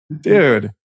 dude